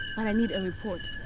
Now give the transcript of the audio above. and i need a report.